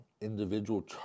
individual